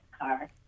car